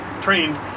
trained